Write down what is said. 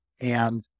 And-